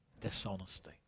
Dishonesty